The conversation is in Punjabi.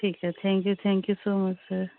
ਠੀਕ ਹੈ thank you thank you so much sir